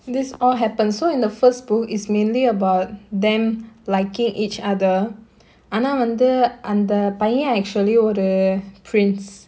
this all happened so in the first book is mainly about them liking each other ஆனா வந்து அந்த பையன்:aanaa vandhu andha paiyan actually ஒரு:oru prince